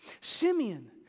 Simeon